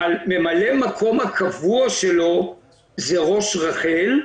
אבל ממלא מקום הקבוע שלו הוא ראש רח"ל,